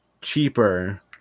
cheaper